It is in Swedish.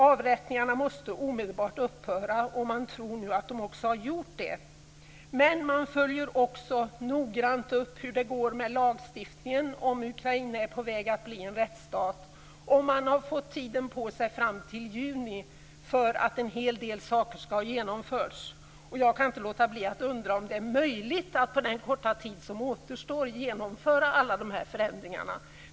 Avrättningarna måste omedelbart upphöra. Nu tror man att de gjort det. Man följer noggrant upp hur det går med lagstiftningen, om Ukraina är på väg att bli en rättsstat. Man har fått tiden på sig fram till juni för att en hel del saker skall ha genomförts. Jag kan inte låta bli att undra om det är möjligt att på den korta tid som återstår genomföra alla dessa förändringar.